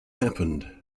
happened